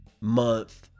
month